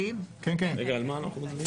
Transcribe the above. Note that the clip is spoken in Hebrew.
על מה אנחנו מצביעים?